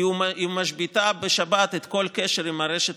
כי היא משביתה בשבת את כל הקשר עם הרשת